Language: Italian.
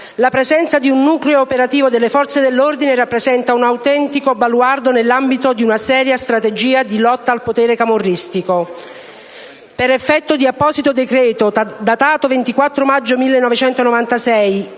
la presenza di un nucleo operativo delle Forze dell'ordine rappresenta un autentico baluardo nell'ambito di una seria strategia di lotta al potere camorristico. Per effetto di apposito decreto, datato 24 maggio 1996,